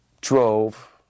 drove